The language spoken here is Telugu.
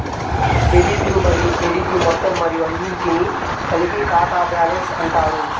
డెబిట్లు మరియు క్రెడిట్లు మొత్తం మరియు అన్నింటినీ కలిపి ఖాతా బ్యాలెన్స్ అంటారు